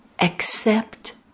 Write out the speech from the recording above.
Accept